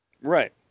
Right